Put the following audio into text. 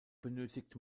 benötigt